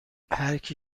هرکی